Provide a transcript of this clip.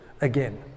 again